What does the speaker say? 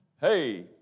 hey